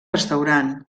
restaurant